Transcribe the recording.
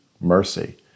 mercy